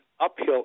uphill